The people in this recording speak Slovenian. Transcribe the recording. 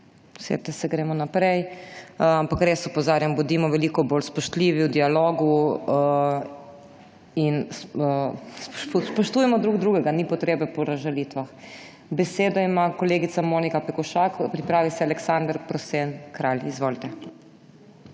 Usedite se, gremo naprej. Ampak res opozarjam, bodimo veliko bolj spoštljivi v dialogu in spoštujmo drug drugega, ni potrebe po razžalitvah. Besedo ima kolegica Monika Pekošak, pripravi se Aleksander Prosen Kralj. Izvolite.